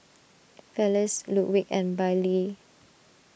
Felice Ludwig and Bailee